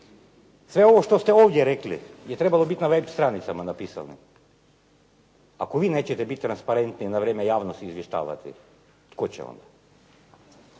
Sve ovo što ste ovdje rekli je trebalo biti na web stranicama napisano. Ako vi nećete biti transparentni na vrijeme javnost izvještavati, tko će onda?